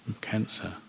cancer